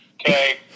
Okay